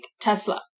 Tesla